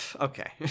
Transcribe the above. okay